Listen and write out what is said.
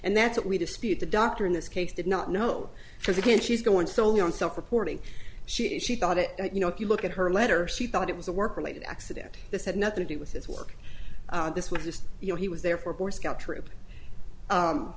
and that's what we dispute the doctor in this case did not know because again she's going solely on self reporting she she thought it you know if you look at her letter she thought it was a work related accident that had nothing to do with his work this was just you know he was there for boy scout troop